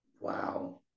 Wow